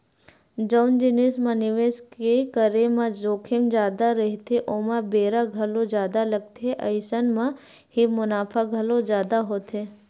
जउन जिनिस म निवेस के करे म जोखिम जादा रहिथे ओमा बेरा घलो जादा लगथे अइसन म ही मुनाफा घलो जादा होथे